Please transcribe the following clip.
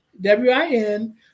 W-I-N